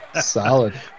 solid